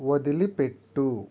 వదిలిపెట్టు